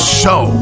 show